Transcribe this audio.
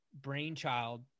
brainchild